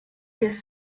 без